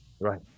Right